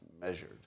measured